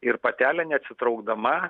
ir patelė neatsitraukdama